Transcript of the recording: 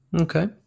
Okay